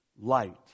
Light